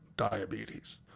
diabetes